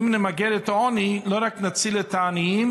אם נמגר את העוני לא רק נציל את העניים,